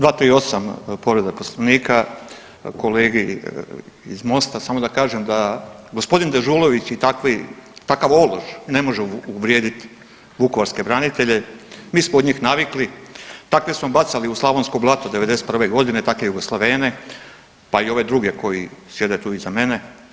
238., povreda Poslovnika, kolegi iz MOST-a samo da kažem da gospodin Dežulović i takav ološ ne može uvrijediti vukovarske branitelje, mi smo od njih navikli, takve smo bacali u slavonsko blato '91. godine takve Jugoslavene pa i ove druge koji sjede tu iza mene.